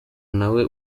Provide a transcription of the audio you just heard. nawe